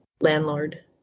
landlord